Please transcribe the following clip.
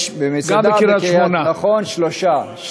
יש במצדה, בקריית-שמונה, נכון, שלושה.